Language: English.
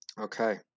Okay